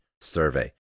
survey